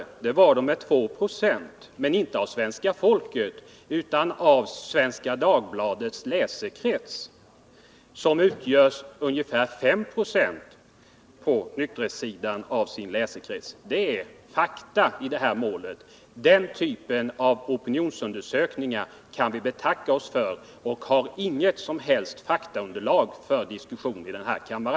Detta var de tydligen endast med 2 96, men inte 2 26 av svenska folket, utan 2 26 av Svenska Dagbladets läsekrets som då kom att omfatta ungefär 5 96 nykterister. Det är fakta i detta mål. Den typen av opinionsundersökningar kan vi betacka oss för. De utgör inget som helst faktaunderlag för en diskussion i denna kammare.